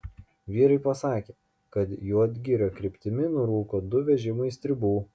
vyrai pasakė kad juodgirio kryptimi nurūko du vežimai stribų